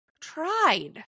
tried